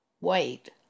Wait